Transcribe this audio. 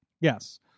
Yes